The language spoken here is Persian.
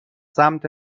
سمت